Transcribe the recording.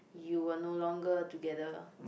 you were no longer together